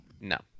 No